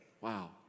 Wow